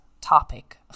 topic